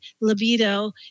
libido